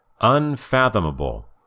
Unfathomable